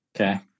Okay